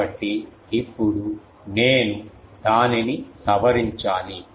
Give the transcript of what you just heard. కాబట్టి ఇప్పుడు నేను దానిని సవరించాలి